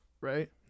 Right